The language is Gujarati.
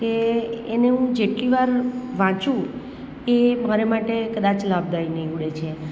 કે એને હું જેટલી વાર વાંચું એ મારા માટે કદાચ લાભદાઈ નિવડે છે